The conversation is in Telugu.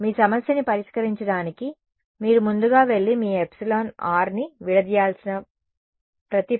మీ సమస్యని పరిష్కరించడానికి మీరు ముందుగా వెళ్లి మీ ఎప్సిలాన్ ఆర్ εr ని విడదీయాల్సిన ప్రతి పాయింట్ను పరిష్కరించాలి